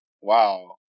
Wow